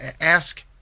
Ask